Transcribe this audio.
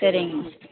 சரிங்க